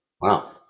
Wow